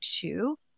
two